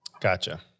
Gotcha